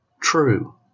True